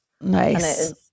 Nice